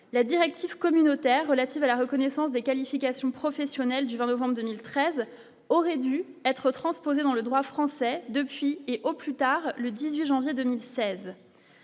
la directive communautaire relative à la reconnaissance des qualifications professionnelles du vent, novembre 2013 aurait dû être transposée dans le droit français depuis et au plus tard le 18 janvier 2016.